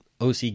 OC